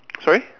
sorry